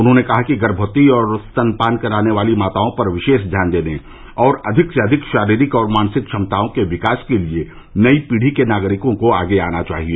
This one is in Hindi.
उन्होंने कहा कि गर्भवती और स्तनपान कराने वाली माताओं पर विशेष घ्यान देने और अधिक र्स अधिक शारीरिक और मानसिक क्षमताओं के विकास के लिए नई पीढ़ी के नागरिकों को आगे आना चाहिए